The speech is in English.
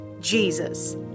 Jesus